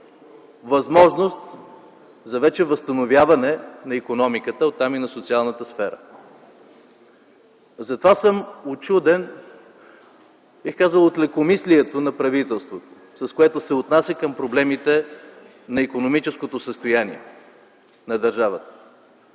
възможност за вече възстановяване на икономиката, а оттам и на социалната сфера. Затова съм учуден, бих казал от лекомислието на правителството, с което се отнася към проблемите на икономическото състояние на държавата.